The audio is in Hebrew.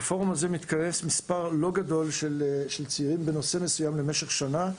בפורום הזה מתכנס מספר לא גדול של צעירים בנושא מסוים למשך שנה.